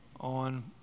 on